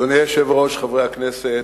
אדוני היושב-ראש, חברי הכנסת,